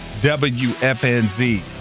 WFNZ